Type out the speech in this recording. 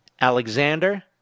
Alexander